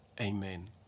Amen